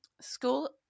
school